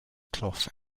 cloth